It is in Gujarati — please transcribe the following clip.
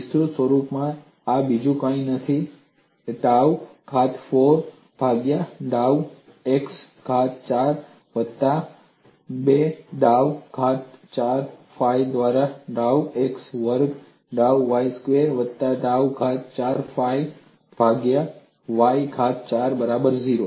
અને વિસ્તૃત સ્વરૂપમાં આ બીજું કંઈ નથી પરંતુ ડાઉ ઘાત 4 ફાઇ ભાગ્યા ડાઉ x ઘાત 4 વત્તા 2 ડાઉ ઘાત 4 ફાઇ દ્વારા ડાઉ x વર્ગ ડાઉ y સ્ક્વેર વત્તા ડાઉ ઘાત 4 ફાઇ ભાગ્યા ડાઉ y ઘાત 4 બરાબર 0